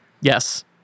Yes